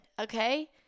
okay